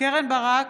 קרן ברק,